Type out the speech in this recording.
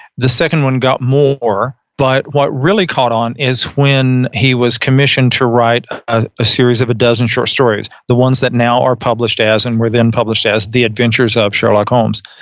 the second one got more, but what really caught on is when he was commissioned to write ah a series of a dozen short stories, the ones that now are published as and were then published as the adventures of sherlock holmes,